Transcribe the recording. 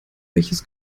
welches